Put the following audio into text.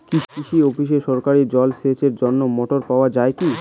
কৃষি অফিসে সরকারিভাবে জল সেচের জন্য মোটর পাওয়া যায় কি?